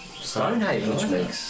Stonehaven